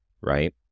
right